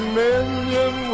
million